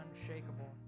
unshakable